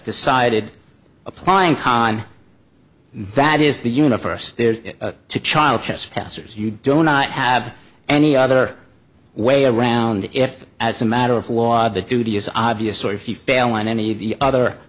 decided applying time that is the universe to child just passers you do not have any other way around if as a matter of law the duty is obvious or if you fail on any of the other